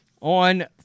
on